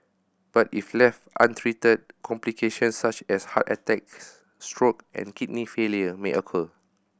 but if left untreated complications such as heart attacks stroke and kidney failure may occur